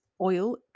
oil